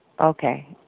Okay